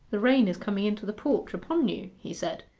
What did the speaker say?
the rain is coming into the porch upon you he said.